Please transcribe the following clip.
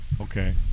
okay